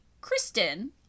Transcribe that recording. Kristen